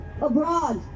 abroad